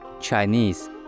Chinese